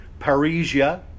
parisia